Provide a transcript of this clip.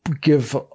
give